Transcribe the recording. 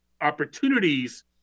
opportunities